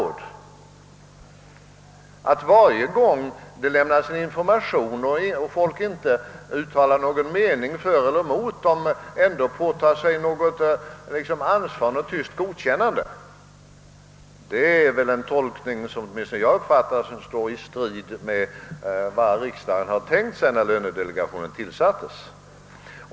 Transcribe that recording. Att hävda att delegationen — varje gång det lämnas information och delegationen inte uttalar någon mening för eller emot — påtar sig ett ansvar och ger ett tyst godkännande vore åtminstone enligt min uppfattning att göra en tolkning som står i strid med vad riksdagen tänkte sig när lönedelegationen tillsattes.